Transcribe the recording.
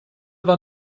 war